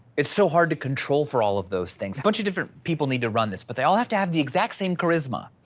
it's so hard to control for all of those things, a bunch of different people need to run this, but they all have to have the exact same charisma.